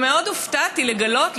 ומאוד הופתעתי לגלות,